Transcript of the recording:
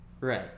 Right